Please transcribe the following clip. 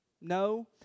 No